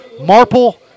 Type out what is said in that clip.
Marple